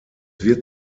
wird